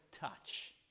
touch